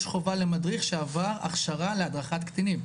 חובה למדריך שעבר הדרכה להכשרת קטינים.